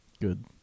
Good